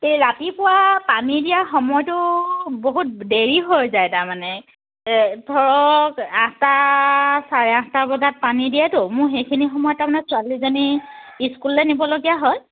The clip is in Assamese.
এই ৰাতিপুৱা পানী দিয়া সময়টো বহুত দেৰি হৈ যায় তাৰমানে ধৰক আঠটা চাৰে আঠটা বজাত পানী দিয়েতো মোৰ সেইখিনি সময়ত তাৰমানে ছোৱালিজনী স্কুললে নিবলগীয়া হয়